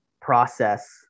process